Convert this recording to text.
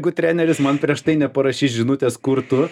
gu treneris man prieš tai neparašys žinutės kur tu